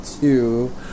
two